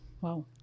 wow